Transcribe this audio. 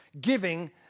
Giving